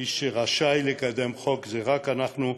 מי שרשאי לקדם חוק זה רק אנחנו,